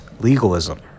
legalism